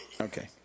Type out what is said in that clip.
Okay